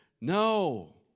No